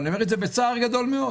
אני אומר את זה בצער גדול מאוד,